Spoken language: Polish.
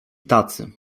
tacy